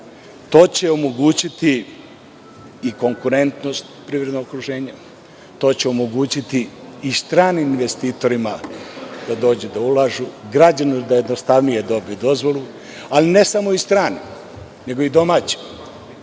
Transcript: To će omogućiti i konkurentnost privrednog okruženja, to će omogućiti i stranim investitorima da dođu da ulažu, građanima da jednostavnije dobiju dozvolu, ali ne samo i stranim nego i domaćim.